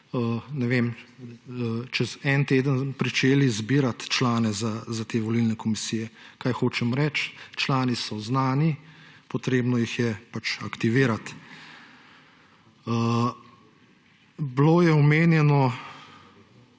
ne bomo čez en teden pričeli zbirati člane za te volilne komisije. Kaj hočem reči? Člani so znani, potrebno jih je pač aktivirati. Bilo je omenjeno,